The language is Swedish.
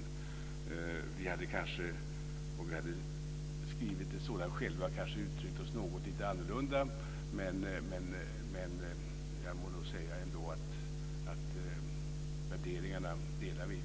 Om vi hade skrivit en sådan själva hade vi kanske uttryckt oss något annorlunda, men vi delar värderingarna. Det är en